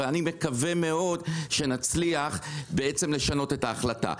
ואני מקווה מאוד שנצליח לשנות את ההחלטה.